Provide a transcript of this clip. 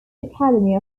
academy